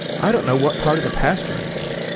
i don't know what part of the pasture you mean.